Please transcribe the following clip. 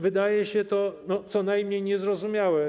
wydaje się to co najmniej niezrozumiałe.